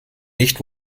nicht